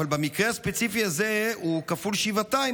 אבל במקרה הספציפי הזה הוא כפול שבעתיים,